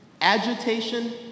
agitation